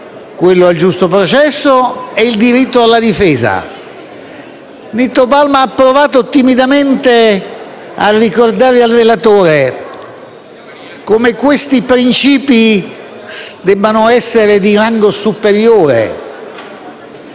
quello al giusto processo e quello alla difesa. Il senatore Palma ha provato timidamente a ricordare al relatore come questi principi debbano essere di rango superiore